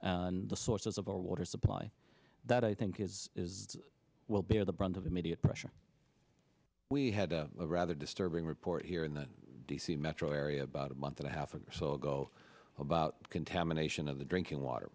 and the sources of our water supply that i think is will bear the brunt of immediate pressure we had a rather disturbing report here in the d c metro area about a month and a half or so ago about contamination of the drinking water